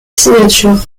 signature